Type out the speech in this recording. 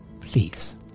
Please